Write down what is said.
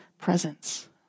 presence